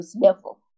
level